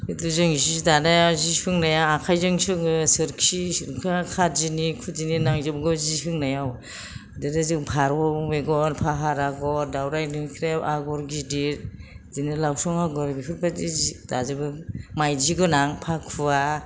जों जि दानाया जि सोंनाया आखायजोंनो सोङो सोरखि खादिनि खुदिनि नांजोबगौ जि सोंनायाव बिदिनो जों फारौ मेगन फाहार आगर दाउराइ देख्रेब आगर गिदिर बिदिनो लाउसं आगर बिफोरबायदि जि दाजोबो माइदि गोनां फाखुवा